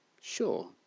Sure